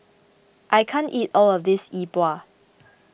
I can't eat all of this Yi Bua